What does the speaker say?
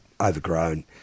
overgrown